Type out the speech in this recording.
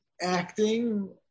acting